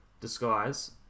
disguise